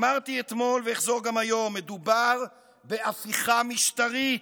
אמרתי אתמול ואחזור גם היום: מדובר בהפיכה משטרתית,